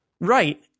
Right